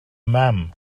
mam